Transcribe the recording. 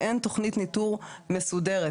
אין תוכנית ניטור מסודרת.